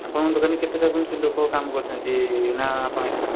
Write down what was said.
ଆପଣଙ୍କ ଦୋକାନରେ କେତେଟା କ'ଣ ସ୍ତ୍ରୀଲୋକ କାମ କରୁଛନ୍ତି ନା ଆପଣ ଏକା